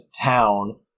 town